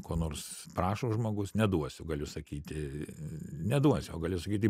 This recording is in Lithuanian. ko nors prašo žmogus neduosiu galiu sakyti neduosiu o galiu sakyti